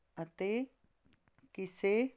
ਅਤੇ ਕਿਸੇ